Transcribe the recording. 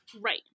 Right